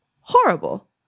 horrible